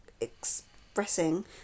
expressing